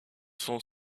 son